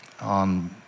on